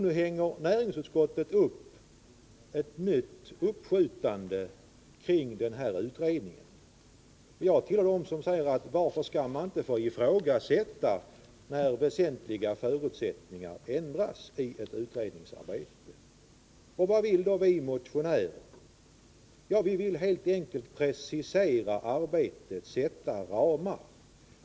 Nu hänger näringsutskottet upp ett nytt uppskjutande på denna utredning. Jag tillhör dem som frågar: Varför får man inte ifrågasätta, när väsentliga förutsättningar ändras i ett utredningsarbete? Vad vill då vi motionärer? Vi vill helt enkelt precisera arbetet och fastställa ramar.